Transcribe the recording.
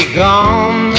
gone